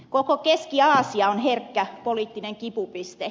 koko keski aasia on herkkä poliittinen kipupiste